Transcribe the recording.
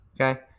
okay